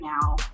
now